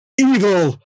Evil